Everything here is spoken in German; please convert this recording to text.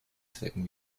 zwecken